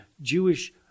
jewish